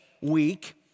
week